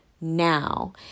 now